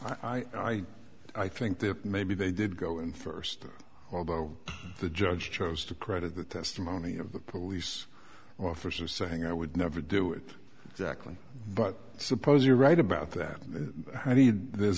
think i think that maybe they did go in first although the judge chose to credit the testimony of the police officer saying i would never do it exactly but i suppose you're right about that and there's